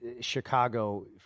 Chicago